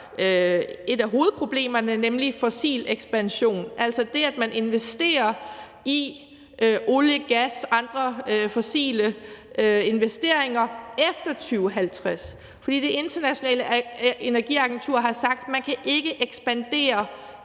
et af hovedproblemerne, nemlig fossil ekspansion, altså det, at man investerer i olie og gas eller laver andre fossile investeringer efter 2050. Det Internationale Energiagentur har sagt, at man ikke kan ekspandere